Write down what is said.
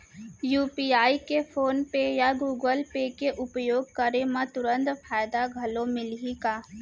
UPI के PhonePe या Google Pay के उपयोग करे म तुरंत फायदा घलो मिलही का?